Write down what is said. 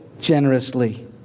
generously